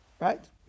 Right